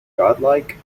godlike